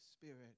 Spirit